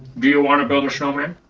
do you want to build a snowman?